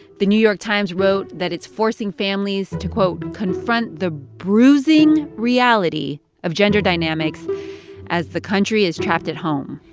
the new york times wrote that it's forcing families to, quote, confront the bruising reality of gender dynamics as the country is trapped at home.